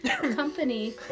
company